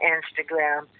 Instagram